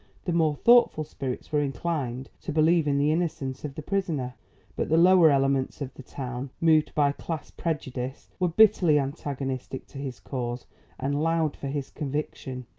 the more thoughtful spirits were inclined to believe in the innocence of the prisoner but the lower elements of the town, moved by class prejudice, were bitterly antagonistic to his cause and loud for his conviction.